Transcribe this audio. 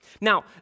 Now